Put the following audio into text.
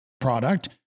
product